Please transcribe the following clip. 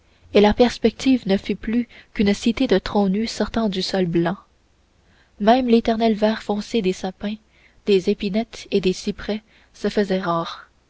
et la perspective ne fut plus qu'une cité de troncs nus sortant du sol blanc même l'éternel vert foncé des sapins des épinettes et des cyprès se faisait rare